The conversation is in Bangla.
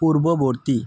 পূর্ববর্তী